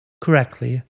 correctly